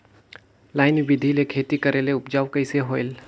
Line बिधी ले खेती करेले उपजाऊ कइसे होयल?